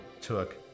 took